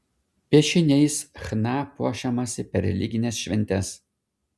piešiniais chna puošiamasi per religines šventes